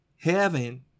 heaven